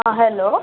हँ हैलो